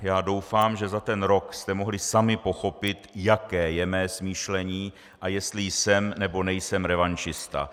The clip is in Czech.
Já doufám, že za ten rok jste mohli sami pochopit, jaké je mé smýšlení a jestli jsem, nebo nejsem revanšista.